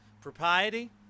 propriety